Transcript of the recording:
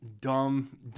dumb